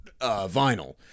vinyl